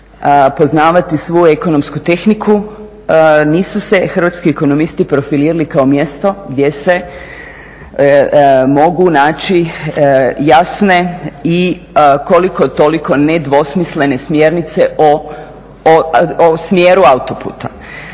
poznavati svu ekonomsku tehniku, nisu se hrvatski ekonomisti profilirali kao mjesto gdje se mogu naći jasne i koliko, toliko nedvosmislene smjernice o smjeru autoputa.